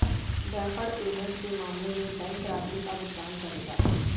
deferred payment के मामले में बैंक राशि का भुगतान करेगा